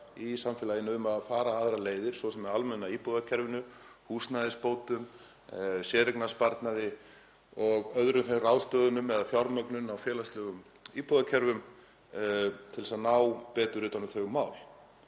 í samfélaginu um að fara aðrar leiðir, svo sem með almenna íbúðakerfinu, húsnæðisbótum, séreignarsparnaði og öðrum ráðstöfunum eða fjármögnun á félagslegum íbúðakerfum, til að ná betur utan um þau mál.